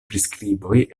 priskriboj